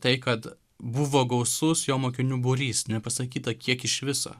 tai kad buvo gausus jo mokinių būrys nepasakyta kiek iš viso